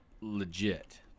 legit